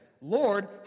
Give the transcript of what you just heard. ...Lord